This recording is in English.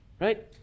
Right